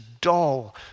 dull